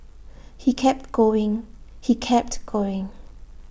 he kept going he kept going